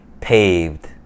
paved